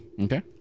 Okay